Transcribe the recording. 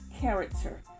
character